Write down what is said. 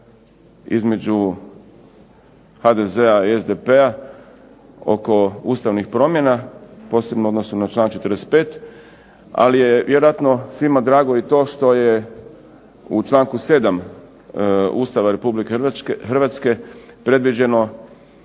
HDZ-a i SDP-a oko ustavnih promjena, posebno u odnosu na članak 45. Ali je vjerojatno svima drago i to što je u članku 7. Ustava Republike Hrvatske predviđeno